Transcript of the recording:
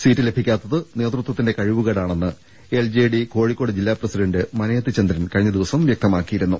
seat ലഭിക്കാത്തത് നേതൃത്വത്തിന്റെ കഴിവുകേടാണെ ന്ന് എൽജെഡി കോഴിക്കോട് ജില്ലാ പ്രസിഡന്റ് മനയത്ത് ചന്ദ്രൻ കഴിഞ്ഞ ദിവസം വ്യക്തമാക്കിയിരുന്നു